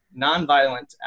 nonviolent